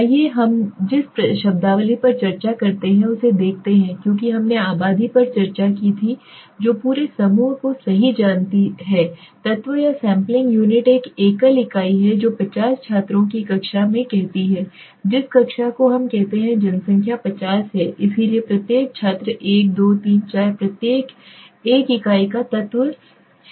आइए हम जिस शब्दावली पर चर्चा करते हैं उसे देखते हैं क्योंकि हमने आबादी पर चर्चा की थी जो पूरे समूह को सही जानती है तत्व या सैंपलिंग यूनिट एक एकल इकाई है जो 50 छात्रों की कक्षा में कहती है जिस कक्षा को हम कहते हैं जनसंख्या 50 है इसलिए प्रत्येक छात्र 1 2 3 4 प्रत्येक एक इकाई या तत्व है